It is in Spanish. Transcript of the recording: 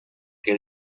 que